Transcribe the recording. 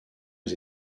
aux